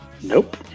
Nope